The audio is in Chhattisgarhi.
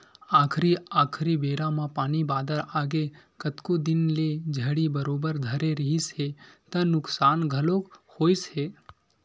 आखरी आखरी बेरा म पानी बादर आगे कतको दिन ले झड़ी बरोबर धरे रिहिस हे त नुकसान घलोक होइस हे